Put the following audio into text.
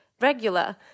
regular